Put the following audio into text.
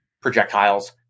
projectiles